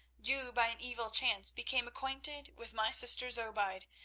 you, by an evil chance, became acquainted with my sister zobeide,